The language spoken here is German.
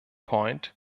point